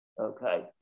okay